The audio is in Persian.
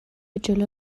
جلو